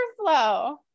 overflow